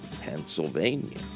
Pennsylvania